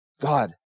God